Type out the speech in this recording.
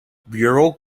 burial